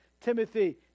Timothy